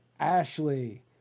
Ashley